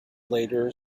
later